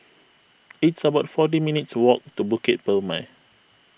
it's about forty minutes' walk to Bukit Purmei